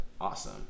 Awesome